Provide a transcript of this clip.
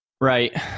Right